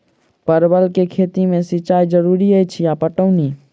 परवल केँ खेती मे सिंचाई जरूरी अछि या पटौनी?